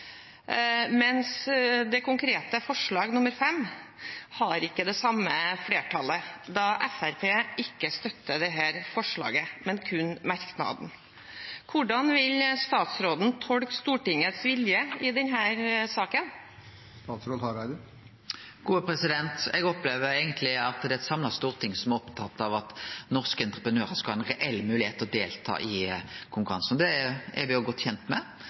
mens det konkrete forslaget, forslag nr. 5, ikke har det samme flertallet da Fremskrittspartiet ikke støtter dette forslaget, men kun merknaden. Hvordan vil statsråden tolke Stortingets vilje i denne saken? Eg opplever eigentleg at eit samla storting er opptatt av at norske entreprenører skal ha ei reell moglegheit til å delta i konkurransen, det er me òg godt kjende med.